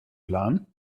plan